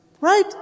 right